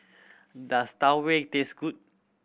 does Tau Huay taste good